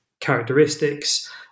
characteristics